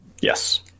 Yes